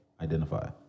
identify